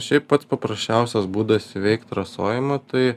šiaip pats paprasčiausias būdas įveikt rasojimą tai